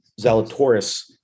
Zalatoris